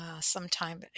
sometime